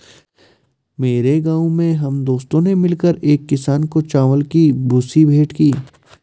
मेरे गांव में हम दोस्तों ने मिलकर एक किसान को चावल की भूसी भेंट की